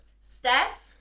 Steph